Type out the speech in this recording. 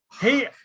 Hey